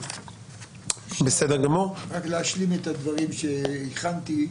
רק להשלים את הדברים בהם התחלתי.